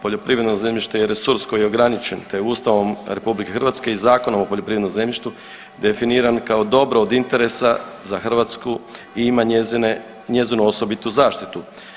Poljoprivredno zemljište je resurs koji je ograničen te Ustavom RH i Zakonom o poljoprivrednom zemljištu definiran kao dobro od interesa za Hrvatsku i ima njezine, njezinu osobitu zaštitu.